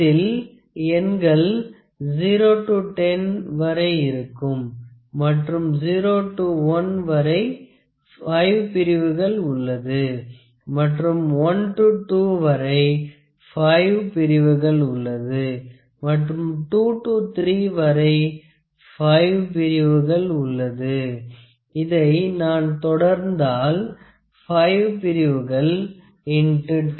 இதில் எண்கள் 0 to 10 வரை இருக்கும் மற்றும் 0 to 1 வரை 5 பிரிவுகள் உள்ளது மற்றும் 1 to 2 வரை 5 பிரிவுகள் உள்ளது மற்றும் 2 to 3 வரை 5 பிரிவுகள் உள்ளது இதை நான் தொடர்ந்தால் 5 பிரிவுகள் X 10 50